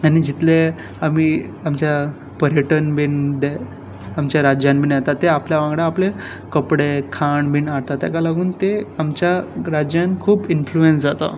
आनी जितले आमी आमच्या पर्यटन बी दे आमच्या राज्यान बी येता ते आपल्या वांगडा आपलें कपडे खाण बी हाडटात ताका लागून ते आमच्या राज्यान खूब इन्फ्लुयंस जाता